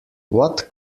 what